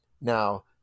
Now